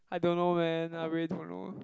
I don't know man I really don't know